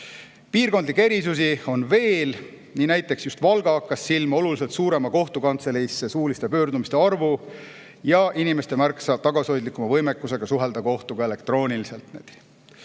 Piirkondlikke erisusi on veel. Näiteks Valga hakkas silma oluliselt suurema kohtukantseleisse suuliste pöördumiste arvuga, seal on inimestel märksa tagasihoidlikum võimekus suhelda kohtuga elektrooniliselt.